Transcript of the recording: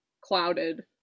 clouded